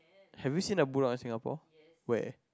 have you seen a bulldog in Singapore where